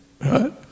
right